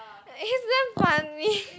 he's damn funny